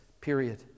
period